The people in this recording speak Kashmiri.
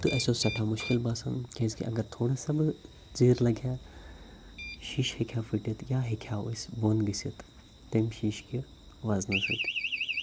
تہٕ اَسہِ اوس سٮ۪ٹھاہ مُشکل باسان کیٛازِکہِ اگر تھوڑا سا زیٖر لَگہِ ہا شیٖشہِ ہیٚکہِ ہا پھٕٹِتھ یا ہیٚکہِ ہیٛاو أسۍ بۄن گٔژھِتھ تَمہِ شیٖشکہِ وَزنہٕ سۭتۍ